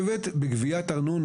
מחוייבת בגביית ארנונה.